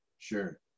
sure